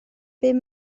bum